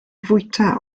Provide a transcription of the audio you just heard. fwyta